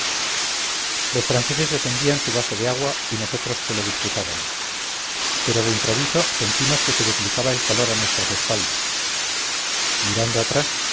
los franceses defendían su vaso de agua y nosotros se lo disputábamos pero de improviso sentimos que se duplicaba el calor a nuestras espaldas mirando atrás